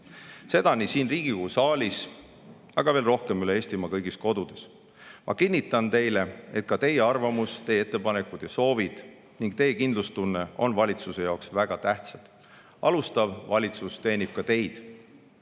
aga veel rohkem [selliste inimeste poole] üle Eestimaa kõigis kodudes. Ma kinnitan teile, et ka teie arvamus, teie ettepanekud ja soovid ning teie kindlustunne on valitsuse jaoks väga tähtsad. Alustav valitsus teenib ka teid.